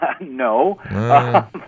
No